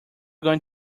going